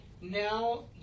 now